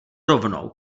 rovnou